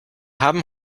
haben